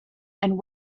and